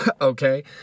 Okay